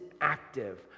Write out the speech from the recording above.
active